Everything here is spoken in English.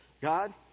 God